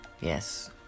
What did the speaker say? yes